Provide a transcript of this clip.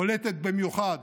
בולטת במיוחד